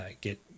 get